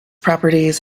properties